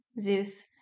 Zeus